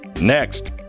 Next